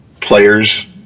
players